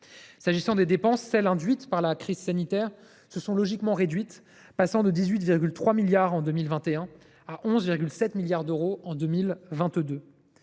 social. Les dépenses induites par la crise sanitaire se sont logiquement réduites, passant de 18,3 milliards d’euros en 2021 à 11,7 milliards d’euros en 2022.